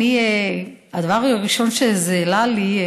הדבר הראשון שזה העלה לי,